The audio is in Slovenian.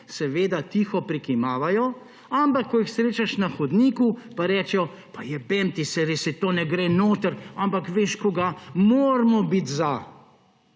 seveda tiho prikimavajo, ampak, ko jih srečaš na hodniku, pa rečejo, pa jebemti, saj res, saj to ne gre noter, ampak veš kaj, moramo biti za.